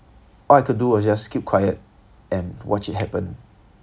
all I could do was just keep quiet and watch it happen